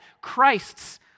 Christ's